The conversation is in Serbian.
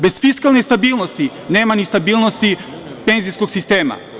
Bez fiskalne stabilnosti nema ni stabilnosti penzijskog sistema.